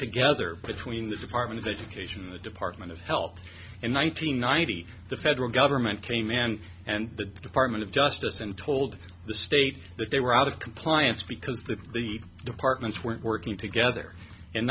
together between the department of education and the department of health in one nine hundred ninety the federal government came in and the department of justice and told the state that they were out of compliance because the the departments weren't working together in